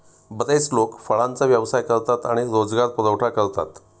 बरेच लोक फळांचा व्यवसाय करतात आणि रोजगार पुरवठा करतात